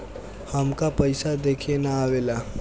हमका पइसा देखे ना आवेला?